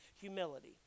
humility